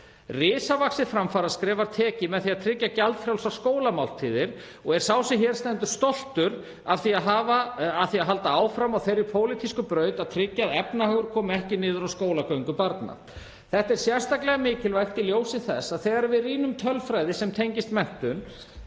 Risavaxið framfaraskref var tekið með því að tryggja gjaldfrjálsar skólamáltíðir og er sá sem hér stendur stoltur af því að halda áfram á þeirri pólitísku braut að tryggja að efnahagur komi ekki niður á skólagöngu barna. Þetta er sérstaklega mikilvægt í ljósi þess að þegar við rýnum tölfræði sem tengist menntun